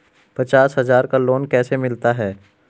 पचास हज़ार का लोन कैसे मिलता है?